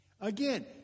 Again